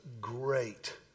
great